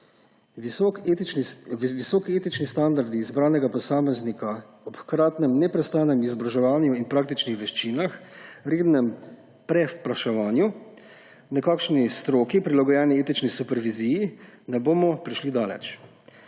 Visoki etični standardi izbranega posameznika ob hkratnem neprestanem izobraževanju in praktičnih veščinah, rednem prevpraševanju, nekakšni stroki prilagojeni etični superviziji, ne bomo prišli daleč.